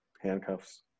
handcuffs